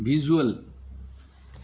visual